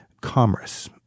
commerce